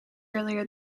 earlier